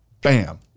Bam